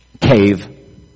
cave